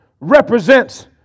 represents